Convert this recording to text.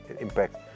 impact